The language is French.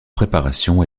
préparation